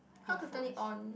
how to turn it on